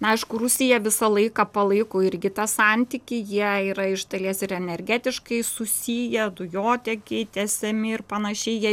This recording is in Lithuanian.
aišku rusija visą laiką palaiko irgi tą santykį jie yra iš dalies ir energetiškai susiję dujotiekiai tiesiami ir panašiai jie